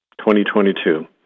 2022